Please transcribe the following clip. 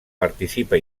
participa